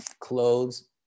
clothes